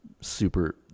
super